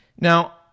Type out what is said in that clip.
Now